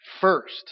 First